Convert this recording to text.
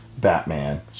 Batman